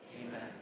Amen